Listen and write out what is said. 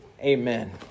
Amen